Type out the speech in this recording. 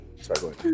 sorry